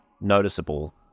noticeable